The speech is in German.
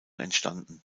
entstanden